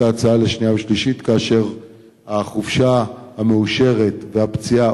ההצעה לשנייה ושלישית כאשר החופשה המאושרת שהפציעה,